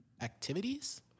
Activities